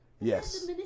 Yes